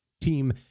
team